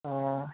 অঁ